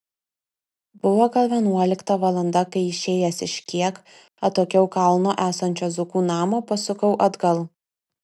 buvo gal vienuolikta valanda kai išėjęs iš kiek atokiau kalno esančio zukų namo pasukau atgal